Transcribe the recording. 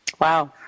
Wow